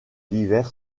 l’hiver